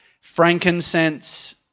frankincense